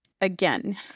Again